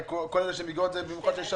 כי הרי כל אלה שמגיעות הן מוכות לשעבר.